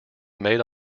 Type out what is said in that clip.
made